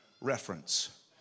reference